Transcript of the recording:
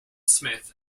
smith